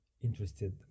interested